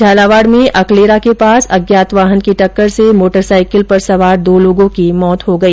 झालावाड में अकलेरा के पास अज्ञात वाहन की टक्कर से मोटरसाईकिल पर सवार दो लोगों की मृत्य हो गई